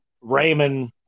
Raymond